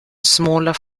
smaller